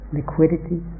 liquidity